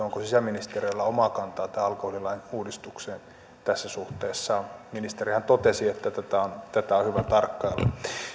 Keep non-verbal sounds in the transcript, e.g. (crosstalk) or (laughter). (unintelligible) onko sisäministeriöllä omaa kantaa tähän alkoholilain uudistukseen tässä suhteessa ministerihän totesi että tätä on hyvä tarkkailla